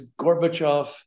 Gorbachev